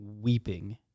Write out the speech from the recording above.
weeping